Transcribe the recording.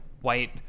white